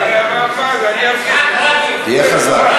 תהיה חזק.